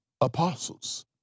apostles